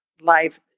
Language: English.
life